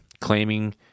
claiming